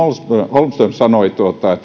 holmström sanoi että meidän